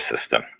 system